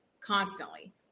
constantly